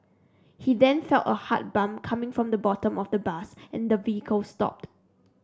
he then felt a hard bump coming from the bottom of the bus and the vehicle stopped